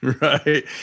Right